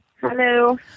Hello